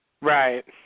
Right